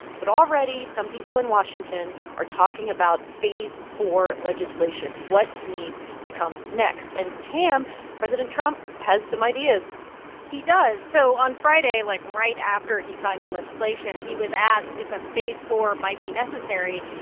but already, some people in washington are talking about phase four legislation what needs to come next. and tam, president trump has some ideas he does. so on friday, like, right after he signed the legislation, he was asked if a phase four might be necessary.